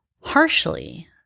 harshly